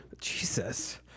Jesus